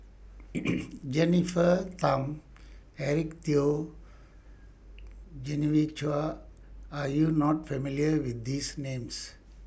Jennifer Tham Eric Teo Genevieve Chua Are YOU not familiar with These Names